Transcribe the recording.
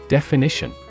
Definition